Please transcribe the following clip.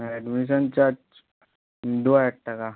admission charge দু হাজার টাকা